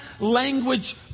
language